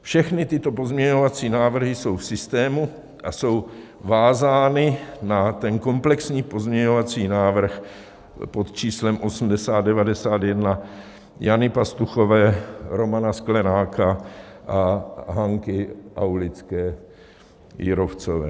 Všechny tyto pozměňovací návrhy jsou v systému a jsou vázány na komplexní pozměňovací návrh pod číslem 8091 Jany Pastuchové, Romana Sklenáka a Hanky Aulické Jírovcové.